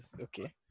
Okay